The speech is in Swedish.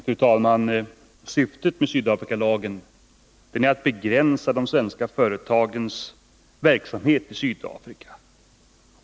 Fru talman! Syftet med Sydafrikalagen är att begränsa de svenska företagens verksamhet i Sydafrika.